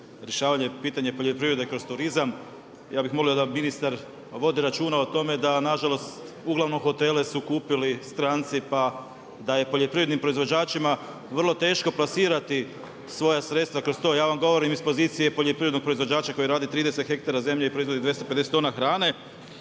rješavanje pitanja poljoprivrede kroz turizam, ja bih molio da ministar vodi računa o tome da nažalost uglavnom hotele su kupili stranci pa da je poljoprivrednim proizvođačima vrlo teško plasirati svoja sredstva kroz to. Ja vam govorim iz pozicije poljoprivrednog proizvođača koji rade 30 hektara zemlje i proizvodi 250 tona hrane.